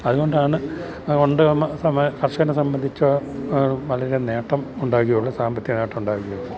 അതുകൊണ്ടാണ് കർഷകനെ സംബന്ധിച്ചു വളരെ നേട്ടം ഉണ്ടാവുകയുള്ളു സാമ്പത്തിക നേട്ടം ഉണ്ടാവുകയുള്ളു